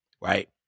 right